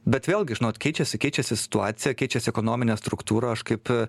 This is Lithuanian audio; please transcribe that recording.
bet vėlgi žinot keičiasi keičiasi situacija keičiasi ekonominė struktūra aš kaip